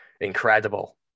incredible